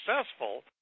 successful